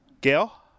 Gail